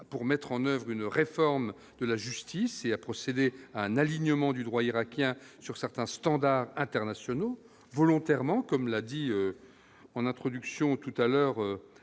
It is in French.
pour mettre en oeuvre une réforme de la justice et a procédé à un alignement du droit irakien sur certains standards internationaux volontairement, comme l'a dit en introduction, tout à l'heure,